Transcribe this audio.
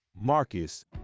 Marcus